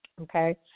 okay